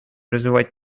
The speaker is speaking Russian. развивать